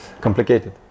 complicated